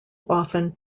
often